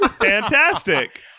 Fantastic